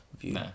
view